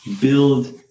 build